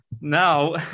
now